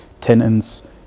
tenants